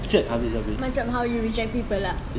macam how you reject people lah